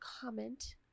comment